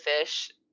fish